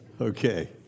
Okay